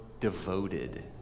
devoted